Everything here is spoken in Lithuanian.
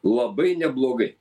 labai neblogai